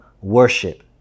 worship